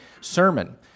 sermon